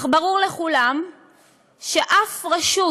אך ברור לכולם שאף רשות